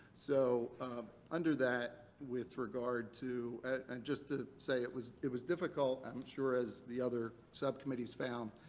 so under that with regard to and just to say, it was it was difficult, i'm sure as the other subcommittees found,